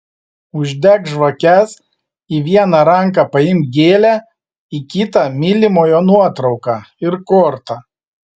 uždek žvakes į vieną ranką paimk gėlę į kitą mylimojo nuotrauką ir kortą